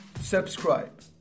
Subscribe